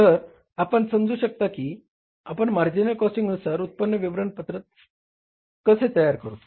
तर आपण समजू शकता की आपण मार्जिनल कॉस्टिंगनुसार उत्पन्न विवरणपत्र कसे तयार करतो